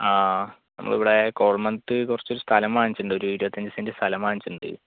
ആ നമ്മൾ ഇവിടെ കോതമംഗലത്ത് കുറച്ചൊരു സ്ഥലം വാങ്ങിച്ചിട്ടുണ്ട് ഒരു ഇരിപ്പത്തിയഞ്ച് സെന്റ് സ്ഥലം വാങ്ങിച്ചിട്ടുണ്ട്